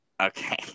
Okay